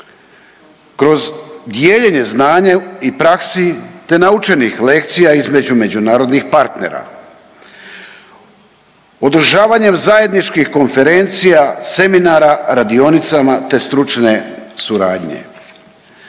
kroz dijeljenje znanja i praksi te naučenih lekcija između međunarodnih partnera, održavanjem zajedničkih konferencija, seminara, radionicama te stručne suradnje,